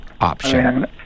option